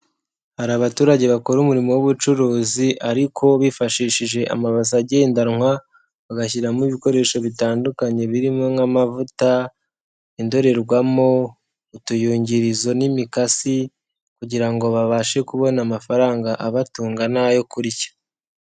Hari abaturage bakora umurimo w'ubucuruzi ariko bifashishije amabaza agendanwa, bagashyiramo ibikoresho bitandukanye, birimo nk'amavuta, indorerwamo, utuyungirizo n'imikasi, kugira ngo babashe kubona amafaranga abatunga n'ayo kurya.